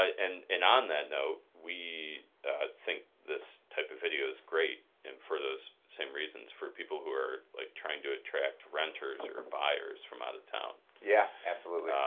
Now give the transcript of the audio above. and and on that note, we think this type of video is great and for those same reasons for people who are like trying to attract renters or buyers from out of town. yeah absolutely.